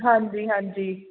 ਹਾਂਜੀ ਹਾਂਜੀ